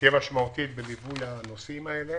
תהיה משמעותית בליווי הנושאים האלה.